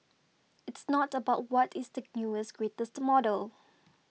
it's not about what is the newest greatest model